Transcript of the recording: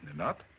not.